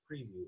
preview